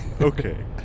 okay